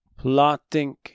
plotting